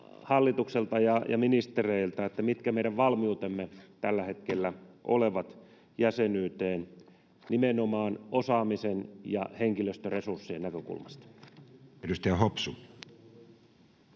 hallitukselta ja ministereiltä: mitkä meidän valmiutemme tällä hetkellä ovat jäsenyyteen nimenomaan osaamisen ja henkilöstöresurssien näkökulmasta? Edustaja Hopsu.